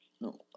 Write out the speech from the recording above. No